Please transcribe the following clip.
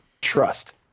trust